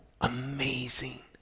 Amazing